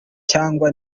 cyangwa